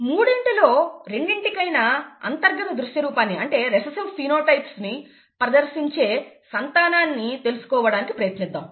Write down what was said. మూడింటిలో రెండిటి కైనా అంతర్గత దృశ్య రూపాన్ని ప్రదర్శించే సంతానాన్ని తెలుసుకొనడానికి ప్రయత్నిద్దాము